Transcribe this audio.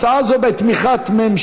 הצעה זו היא בתמיכת ממשלה,